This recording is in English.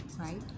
Right